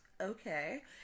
Okay